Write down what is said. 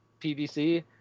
PVC